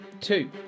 two